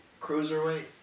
cruiserweight